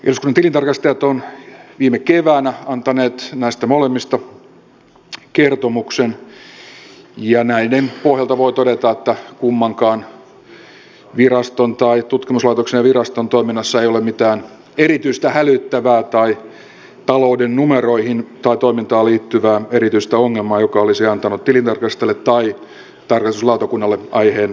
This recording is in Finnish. eduskunnan tilintarkastajat ovat viime keväänä antaneet näistä molemmista kertomuksen ja näiden pohjalta voi todeta että kummankaan tutkimuslaitoksen tai viraston toiminnassa ei ole mitään erityistä hälyttävää tai talouden numeroihin tai toimintaan liittyvää erityistä ongelmaa joka olisi antanut tilintarkastajille tai tarkastusvaliokunnalle aiheen huomautukseen